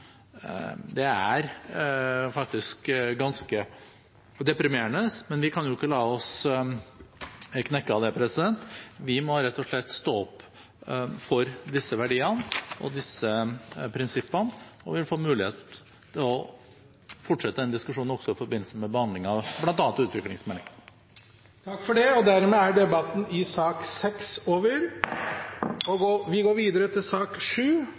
er faktisk ganske deprimerende. Men vi kan jo ikke la oss knekke av det. Vi må rett og slett stå opp for disse verdiene og disse prinsippene. Vi vil få mulighet til å fortsette denne diskusjonen også i forbindelse med behandlingen av bl.a. utviklingsmeldingen. Flere har ikke bedt om ordet til sak